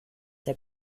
der